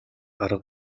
арга